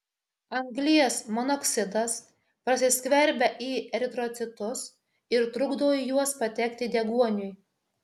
anglies monoksidas prasiskverbia į eritrocitus ir trukdo į juos patekti deguoniui